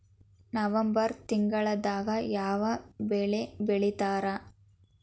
November ತಿಂಗಳದಾಗ ಯಾವ ಬೆಳಿ ಬಿತ್ತತಾರ?